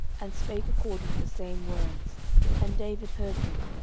and spake according to the same words and david heard them.